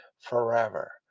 forever